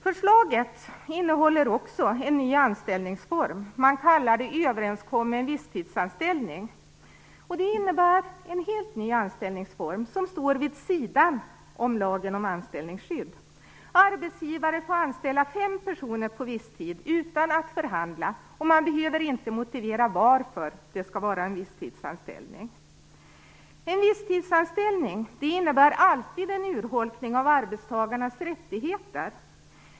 Förslaget innehåller även en ny anställningsform, s.k. överenskommen visstidsanställning. Det innebär en helt ny anställningsform vid sidan av lagen om anställningsskydd. Arbetsgivare får anställa fem personer på viss tid utan att förhandla, och man behöver inte motivera varför det skall vara visstidsanställning. En visstidsanställning innebär alltid en urholkning av arbetstagarnas rättigheter.